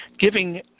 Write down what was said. giving